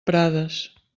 prades